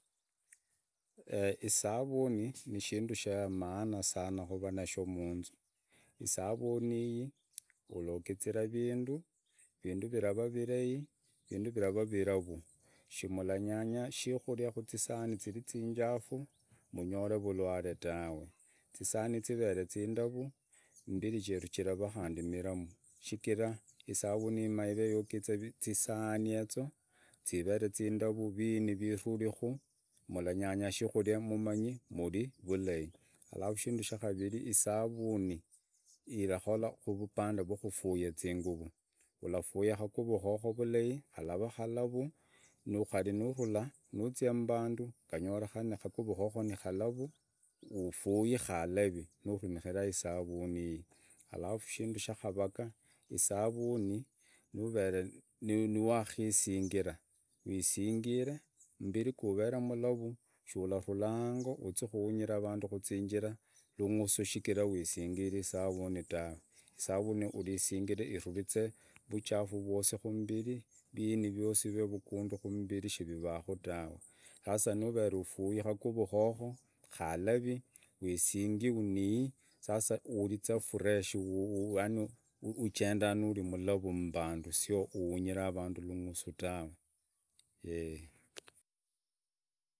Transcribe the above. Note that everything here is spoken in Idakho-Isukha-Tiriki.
Isavuni ni shindu sha maana kuvaa nasho munzu, isaruni ii ulogızıra vında vindu vilava valai, vindu virava vularu, sichira muranyanya shikuria kuzii sahani zirizinjafu munyore valwale tawe, zisaani zivere zindaru, mbiri cheru khandi chirara miramu shichira isaruni iraraa iyogizi zisaani yezo zivere nzindari viini viruri ku muranyanya shikuria mumanyi, muri vulai. Alafu kindu sha kaviri isavani irakola uvupande rwa kufuya zinguru, urafuya kaguva koko vulai, kurava kalavuu, kuri navula mbaandu ganyoreka kaguru, koko nikalavu ufui kalavi naramikira isavuni ii. Alafu shindu sha kavaga isavuni nuvere mwakisingira, wisingire mbiri guvere mulavu shiurarula ango uzi kuunyiravandu lungusu kuzinjira shichira wisingire isavuni tawe, kumbiri ive vagundu mumbiri shiruvaaku tawe sasa nuvere ufui kaguvu koko kalavi uisingii unii yani uriza fresh, ajenda nuri mulavu mbandu, sio unyira vandu mmisu tawe yee.